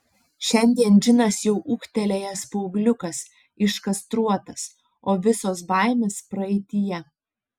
šiandien džinas jau ūgtelėjęs paaugliukas iškastruotas o visos baimės praeityje